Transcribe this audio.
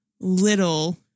little